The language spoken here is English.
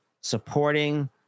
supporting